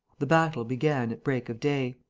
the battle began at break of day.